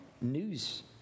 news